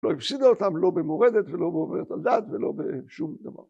‫לא הפסידה אותם, לא במורדת ‫ולא בעוברת הדת ולא בשום דבר.